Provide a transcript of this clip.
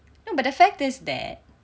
no but the fact is that